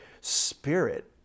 spirit